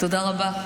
תודה רבה.